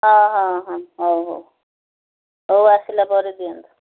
ହଁ ହଁ ହଁ ହଉ ହଉ ହଉ ଆସିଲା ପରେ ଦିଅନ୍ତୁ